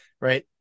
Right